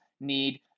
need